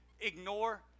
ignore